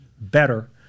better